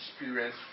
experience